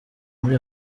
muri